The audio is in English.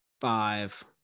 Five